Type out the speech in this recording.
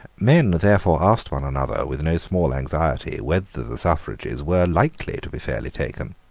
men therefore asked one another, with no small anxiety, whether the suffrages were likely to be fairly taken.